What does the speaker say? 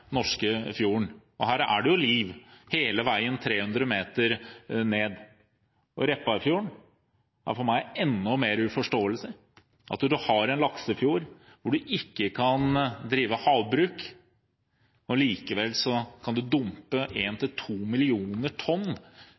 norske fjorden. Og her er det jo liv hele veien 300 meter ned. Repparfjorden er for meg enda mer uforståelig. Vi har en laksefjord hvor det ikke kan drives havbruk, og likevel kan man hvert eneste år dumpe 1–2 millioner tonn